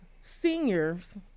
seniors